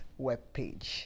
webpage